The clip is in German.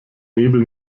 nebel